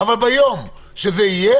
אבל ביום שזה יהיה,